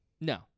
No